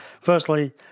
Firstly